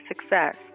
success